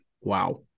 wow